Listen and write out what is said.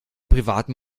privaten